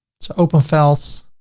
so open files,